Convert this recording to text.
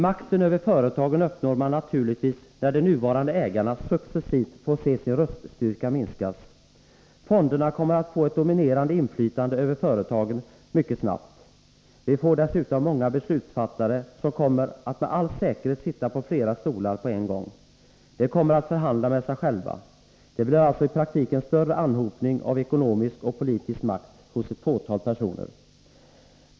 Makten över företagen uppnår man 20 december 1983 naturligtvis när de nuvarande ägarna successivt får se sin röststyrka minskas. Fonderna kommer att få ett dominerande inflytande över företagen mycket snabbt. Vi får dessutom många beslutsfattare som med all säkerhet kommer att sitta på flera stolar på en gång. De kommer att förhandla med sig själva. Det blir alltså i praktiken en större anhopning av ekonomisk och politisk makt hos ett fåtal personer.